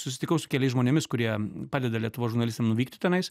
susitikau su keliais žmonėmis kurie padeda lietuvos žurnalistam nuvykti tenai